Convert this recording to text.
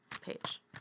page